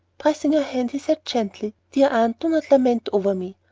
pressing her hand he said gently, dear aunt, do not lament over me.